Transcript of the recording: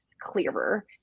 clearer